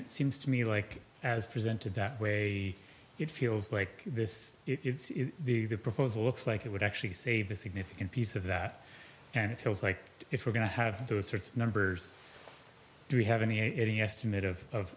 it seems to me like as presented that way it feels like this it's the the proposal like it would actually save a significant piece of that and it feels like if we're going to have those sorts of numbers do we have any any estimate of